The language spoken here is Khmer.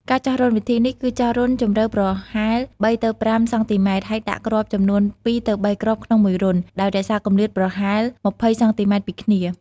ការចោះរន្ធ វិធីនេះគឺចោះរន្ធជម្រៅប្រហែល ៣ទៅ៥ សង់ទីម៉ែត្រ ហើយដាក់គ្រាប់ចំនួន ២ទៅ៣ គ្រាប់ក្នុងមួយរន្ធ ដោយរក្សាគម្លាតប្រហែល ២០ សង់ទីម៉ែត្រពីគ្នា។